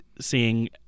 seeing